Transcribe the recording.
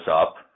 up